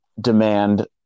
demand